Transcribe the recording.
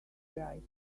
right